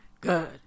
Good